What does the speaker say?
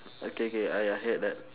okay K I I heard that